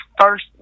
first